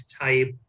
type